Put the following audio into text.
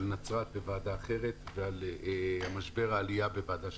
על נצרת בוועדה אחרת ועל משבר העלייה בוועדה שלישית.